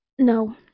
No